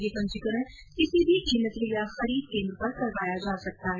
यह पंजीकरण किसी भी ई मित्र या खरीद केन्द्र पर करवाया जा सकता है